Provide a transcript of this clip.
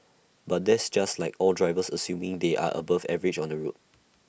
but that's just like all drivers assuming they are above average on the road